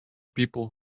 people